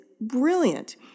brilliant